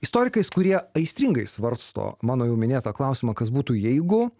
istorikais kurie aistringai svarsto mano jau minėtą klausimą kas būtų jeigu